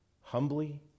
humbly